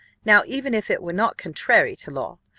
now even if it were not contrary to law,